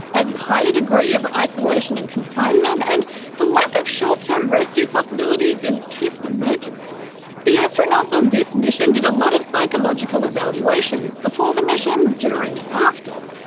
a higher degree of isolation and confinement and the lack of short-term rescue possibilities in case of emergencies. the astronauts on this mission did a lot of psychological evaluations before the mission, during and after.